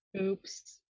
Oops